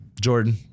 Jordan